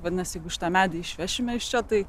vadinasi jeigu šitą medį išvešime iš čia tai